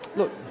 look